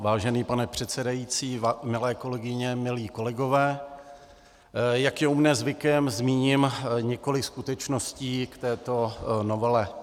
Vážený pane předsedající, milé kolegyně, milí kolegové, jak je u mne zvykem, zmíním několik skutečností k této novele.